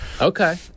Okay